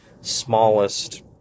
smallest